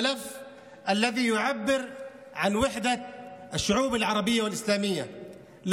מקרה שמשקף את אחדות העמים הערביים והאסלאמיים.